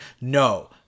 no